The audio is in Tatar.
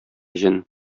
җен